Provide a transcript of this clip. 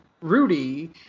Rudy